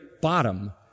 bottom